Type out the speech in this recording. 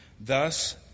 Thus